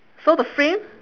so the frame